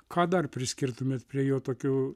ką dar priskirtumėt prie jo tokių